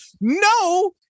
No